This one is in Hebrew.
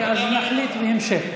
אז נחליט בהמשך.